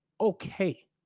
okay